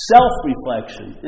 Self-reflection